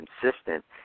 consistent